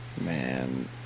Man